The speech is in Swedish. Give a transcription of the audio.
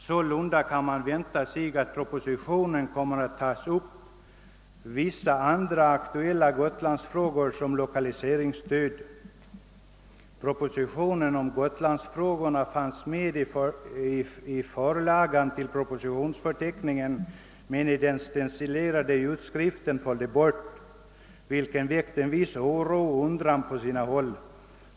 Sålunda kan man vänta sig att i propositionen kommer att tas upp vissa andra aktuella gotlandsfrågor såsom lokaliseringsstöd. — Propositionen om gotlandsfrågorna fanns med i förslagen till propositionsförteckningen, men i den stencilerade utskriften föll det bort, vilket väckt en viss oro och undran på sina håll.